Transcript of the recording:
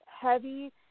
heavy